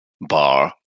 bar